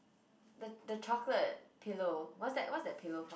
the the chocolate pillow what's that what's that pillow called